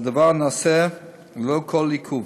הדבר נעשה ללא כל עיכוב.